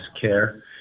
care